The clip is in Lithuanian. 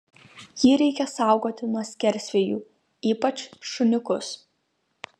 jį reikia saugoti nuo skersvėjų ypač šuniukus